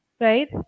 right